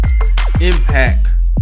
impact